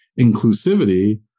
inclusivity